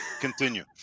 Continue